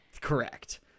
Correct